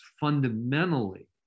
fundamentally